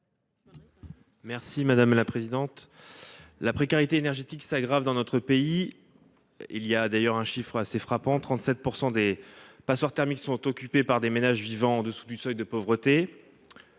M. Rémi Cardon. La précarité énergétique s’aggrave dans notre pays. Il est d’ailleurs assez frappant que 37 % des passoires thermiques soient occupées par des ménages vivant en dessous du seuil de pauvreté.